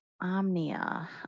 Omnia